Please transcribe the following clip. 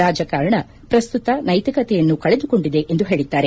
ರಾಜಕಾರಣ ಪ್ರಸ್ತುತ ನೈತಿಕತೆಯನ್ನು ಕಳೆದುಕೊಂಡಿದೆ ಎಂದು ಹೇಳಿದ್ದಾರೆ